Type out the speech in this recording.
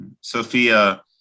Sophia